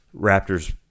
Raptors